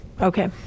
Okay